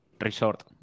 resort